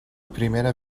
primera